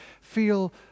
feel